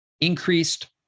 increased